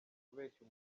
kubeshya